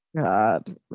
God